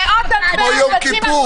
כמו יום כיפור.